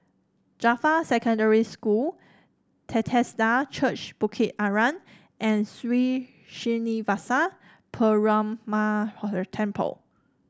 Jarfa Secondary School Bethesda Church Bukit Arang and Sri Srinivasa Perumal Temple